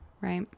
Right